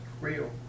Real